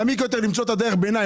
מעמיק יותר למצוא את הדרך ביניים,